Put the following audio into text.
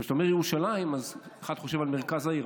כשאתה אומר "ירושלים" אז אחד חושב על מרכז העיר,